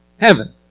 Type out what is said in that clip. Heaven